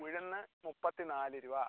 ഉഴുന്ന് മുപ്പത്തി നാല് രൂപ